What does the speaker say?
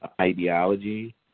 ideology